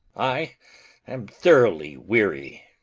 i am thoroughly weary.